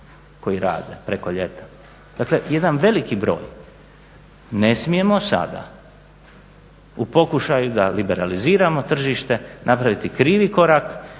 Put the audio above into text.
koji rad preko ljeta, dakle jedan veliki broj. Ne smijemo sada u pokušaju da liberaliziramo tržite napraviti krivi korak